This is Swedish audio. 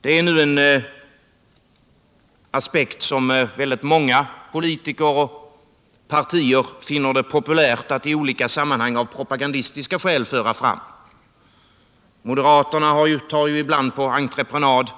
Det är en aspekt som många politiker och partier finner det populärt att i olika sammanhang av propagandistiska skäl ta upp. Moderaterna tar ju ibland på entreprenad